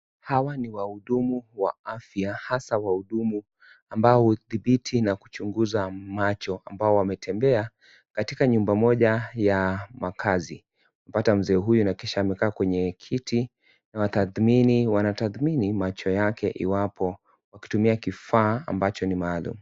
Hawa ni wahudumu WA afya na hasa wahudumu ambao huidhibiti na kuchunguza macho ambao wametembea katika nyumba moja ya makazi. wamepata mzee huyu na kisha amekaa kwenye kiti na wanatadlthmini macho yake iwapo wakitumia kifaa ambacho ni maalum.